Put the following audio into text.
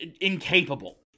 incapable